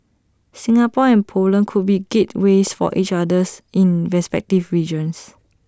Singapore and Poland could be gateways for each others in respective regions